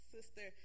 Sister